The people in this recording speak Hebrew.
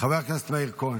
חבר הכנסת מאיר כהן.